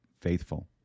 faithful